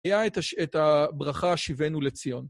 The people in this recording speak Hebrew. היה את הש היה את הברכה שהבאנו לציון.